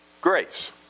grace